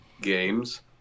games